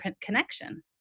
connection